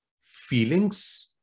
feelings